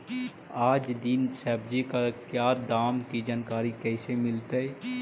आज दीन सब्जी का क्या दाम की जानकारी कैसे मीलतय?